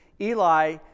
Eli